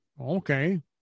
okay